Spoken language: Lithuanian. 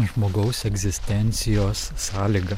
žmogaus egzistencijos sąlyga